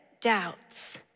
doubts